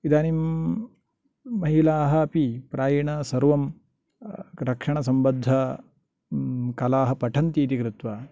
इदानीं महिलाः अपि प्रायेण सर्वं रक्षणसम्बद्ध कलाः पठन्ति इति कृत्वा